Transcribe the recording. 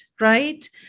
right